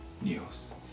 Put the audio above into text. news